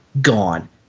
gone